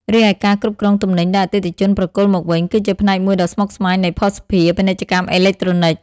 រីឯការគ្រប់គ្រងទំនិញដែលអតិថិជនប្រគល់មកវិញ គឺជាផ្នែកមួយដ៏ស្មុគស្មាញនៃភស្តុភារ ពាណិជ្ជកម្មអេឡិចត្រូនិក។